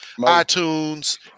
iTunes